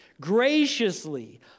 graciously